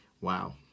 Wow